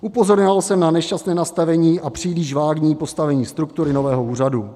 Upozorňoval jsem na nešťastné nastavení a příliš vágní postavení struktury nového úřadu.